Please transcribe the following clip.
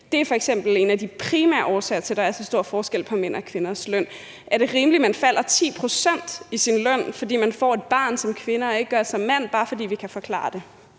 Det er f.eks. en af de primære årsager til, at der er så stor forskel på mænds og kvinders løn. Er det rimeligt, at man som kvinde falder 10 pct. i sin løn, fordi man som kvinde får et barn, og at man ikke gør det som mand, bare fordi vi kan forklare det?